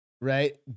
right